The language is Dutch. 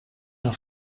een